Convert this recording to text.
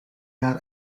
jaar